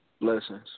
Blessings